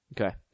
Okay